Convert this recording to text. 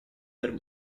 per